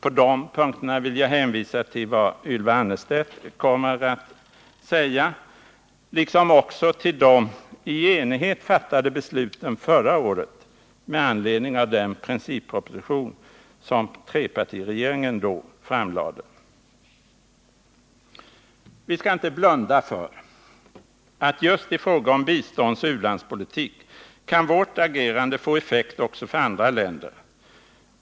På de punkterna vill jag hänvisa till vad Ylva Annerstedt kommer att säga liksom också till de i enighet fattade besluten förra året med anledning av den principproposition som trepartiregeringen då framlade. Vi skall inte blunda för att just i fråga om biståndsoch u-landspolitik kan vårt agerande få effekt också för andra länder.